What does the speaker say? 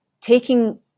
taking